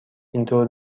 اینطور